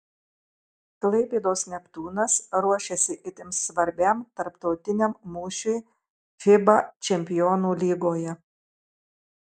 klaipėdos neptūnas ruošiasi itin svarbiam tarptautiniam mūšiui fiba čempionų lygoje